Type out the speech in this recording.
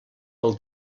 pel